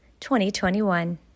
2021